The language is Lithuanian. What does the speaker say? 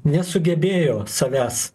nesugebėjo savęs